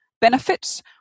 benefits